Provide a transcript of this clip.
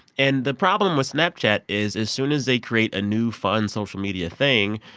and the problem with snapchat is as soon as they create a new, fun social media thing,